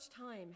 time